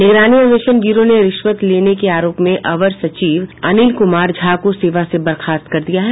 निगरानी अन्वेषण ब्यूरों ने रिश्वत लेने के आरोप में अवर सचिव अनील कुमार झा को सेवा से बर्खास्त कर दिया गया हैं